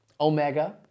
Omega